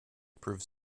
proves